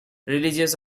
religious